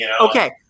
Okay